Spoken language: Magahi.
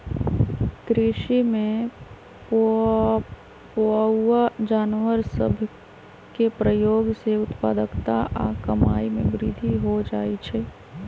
कृषि में पोअउऔ जानवर सभ के प्रयोग से उत्पादकता आऽ कमाइ में वृद्धि हो जाइ छइ